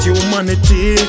humanity